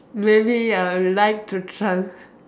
maybe I'll like to tran